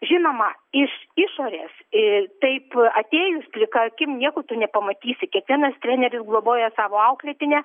žinoma iš išorės ir taip atėjus plika akim nieko tu nepamatysi kiekvienas treneris globoja savo auklėtinę